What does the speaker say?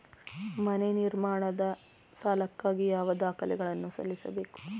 ಮನೆ ನಿರ್ಮಾಣದ ಸಾಲಕ್ಕಾಗಿ ಯಾವ ದಾಖಲೆಗಳನ್ನು ಸಲ್ಲಿಸಬೇಕು?